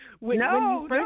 No